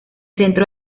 centro